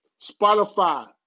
Spotify